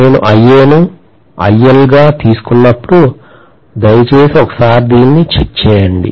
నేను IA ను IL గా తీసుకున్నాను దయచేసి ఒకసారి దాన్ని చెక్ చేయండి